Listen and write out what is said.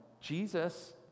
Jesus